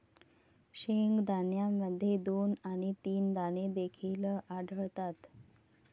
शेंगदाण्यामध्ये दोन आणि तीन दाणे देखील आढळतात